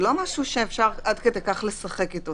זה לא משהו שאפשר עד כדי כך לשחק איתו.